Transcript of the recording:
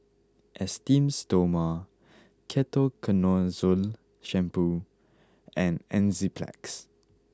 Esteem Stoma Ketoconazole Shampoo and Enzyplex